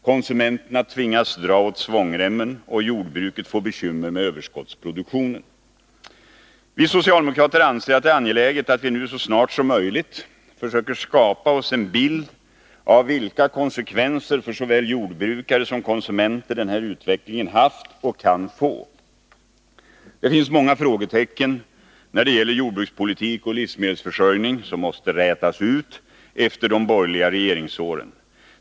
Konsumenterna tvingas dra åt svångremmen, och jordbruket får bekymmer med överskottsproduktionen. Vi socialdemokrater anser att det är angeläget att vi nu så snart som möjligt försöker skapa oss en bild av vilka konsekvenser för såväl jordbrukare som konsumenter den här utvecklingen haft och kan få. Det finns många frågetecken när det gäller jordbrukspolitik och livsmedelsförsörjning som måste rätas ut efter de borgerliga regeringsåren.